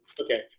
okay